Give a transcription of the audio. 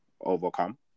overcome